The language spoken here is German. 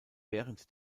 während